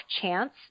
chance